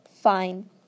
Fine